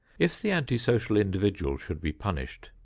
if the anti-social individual should be punished,